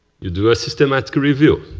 you do a systematic review.